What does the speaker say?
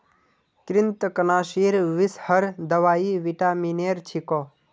कृन्तकनाशीर विषहर दवाई विटामिनेर छिको